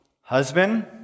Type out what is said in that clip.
husband